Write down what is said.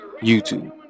youtube